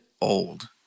old